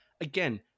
again